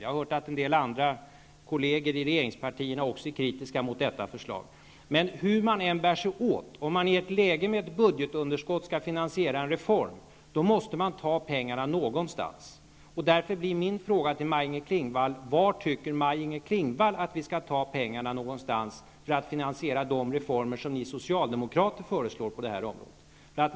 Jag har hört att en del andra kolleger i regeringspartierna också är kritiska mot detta förslag. Men hur man än bär sig åt är det ju så, att man om man i ett läge med ett budgetunderskott skall finansiera en reform måste ta pengarna någonstans. Klingvall att vi skall ta pengarna för att finansiera de reformer som ni socialdemokrater föreslår på det här området?